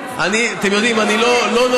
אנחנו אומרים: אנחנו לא מתחייבים, יואב.